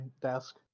desk